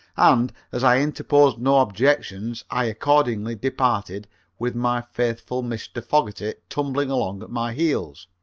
and, as i interposed no objections, i accordingly departed with my faithful mr. fogerty tumbling along at my heels.